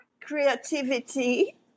creativity